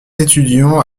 étudiant